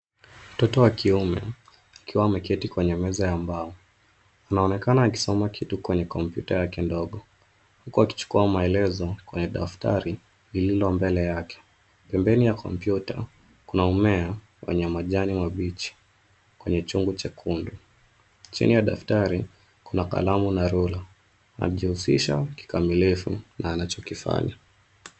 Mtoto wa kiume akiwa ameketi kwenye meza ya mbao anaonekana akisoma kitu kwenye kompyuta yake ndogo, huku akichukua maelezo kwenye daftari lililo mbele yake. Pembeni ya kompyuta, kuna mmea wenye majani mabichi kwenye chungu chekundu. Chini ya daftari kuna kalamu na rula. Anajihusisha kikamilifu na anachokifanya.